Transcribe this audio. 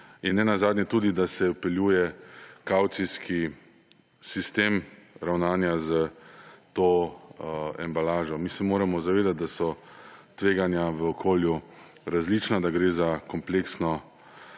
ki bo nad tem bdela in da se vpeljuje kavcijski sistem ravnanja s to embalažo. Mi se moramo zavedati, da so tveganja v okolju različna, da gre za kompleksno